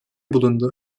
bulundu